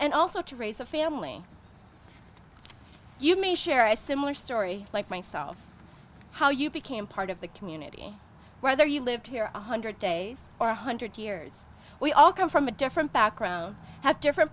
and also to raise a family you may share a similar story like myself how you became part of the community whether you lived here one hundred days or one hundred years we all come from a different background have different